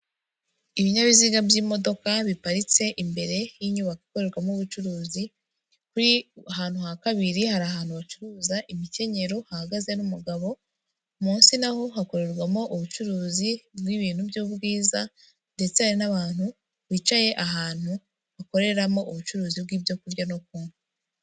Ibinyabiziga by'imodoka biparitse imbere y'inyubako ikorerwamo ubucuruzi, kuri ahantu ha kabiri hari ahantu bacuruza imikenyero hahagaze n'umugabo, munsi naho hakorerwamo ubucuruzi bw'ibintu by'ubwiza ndetse hari n'abantu bicaye ahantu bakoreramo ubucuruzi bw'ibyo kurya no kunywa.